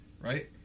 Right